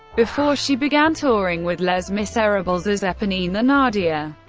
before she began touring with les miserables as eponine thenardier.